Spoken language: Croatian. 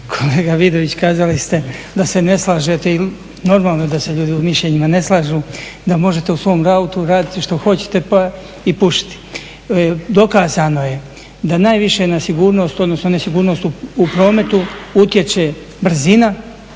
Kolega Vidović, kazali ste da se ne slažete i normalno da se ljudi u mišljenjima ne slažu, da možete u svom autu raditi što hoćete pa i pušiti. Dokazano je da najviše na sigurnost odnosno nesigurnost u prometu utječe brzina,